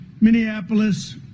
Minneapolis